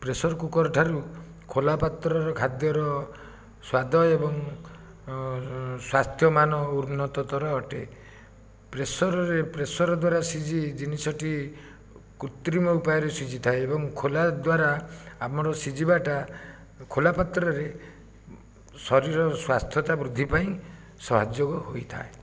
pressure କୁକରଠାରୁ ଖୋଲା ପାତ୍ରର ଖାଦ୍ୟର ସ୍ଵାଦ ଏବଂ ସ୍ୱାସ୍ଥ୍ୟମାନ ଉନ୍ନତତ୍ତର ଅଟେ ପ୍ରେସରରେ ପ୍ରେସର ଦ୍ଵାରା ସିଝି ଜିନିଷଟି କୃତ୍ରିମ ଉପାୟରେ ସିଝିଥାଏ ଏବଂ ଖୋଲା ଦ୍ୱାରା ଆମର ସିଝିବାଟା ଖୋଲା ପାତ୍ରରେ ଶରୀରର ସ୍ଵାସ୍ଥ୍ୟତା ବୃଦ୍ଧି ପାଇଁ ସହଯୋଗ ହୋଇଥାଏ